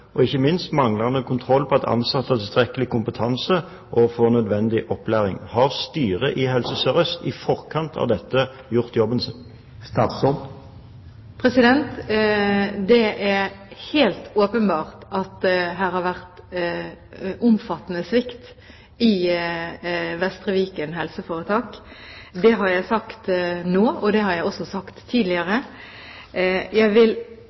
og ikke minst manglende kontroll på at ansatte har tilstrekkelig kompetanse og får nødvendig opplæring. Har styret i Helse Sør-Øst i forkant av dette gjort jobben sin? Det er helt åpenbart at det her har vært omfattende svikt i Vestre Viken helseforetak. Det har jeg sagt nå, og det har jeg også sagt tidligere. Jeg vil